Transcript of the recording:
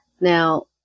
Now